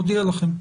אני מודיע לכם.